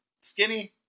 skinny